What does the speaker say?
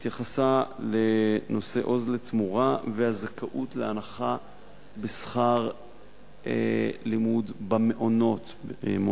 היא התייחסה לנושא "עוז לתמורה" והזכאות להנחה בשכר לימוד במעונות-היום.